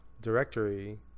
directory